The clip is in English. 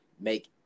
make